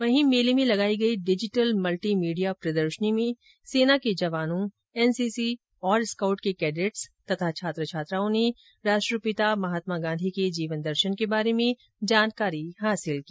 वही मेले में लगाई गई डिजिटल मल्टीमीडिया प्रदर्शनी में सेना के जवानों एनसीसी और स्काउट के कैडेट्स तथा छात्र छात्राओं ने राष्ट्रपिता महात्मा गांधी के जीवन दर्शन के बारे में जानकारी हासिल की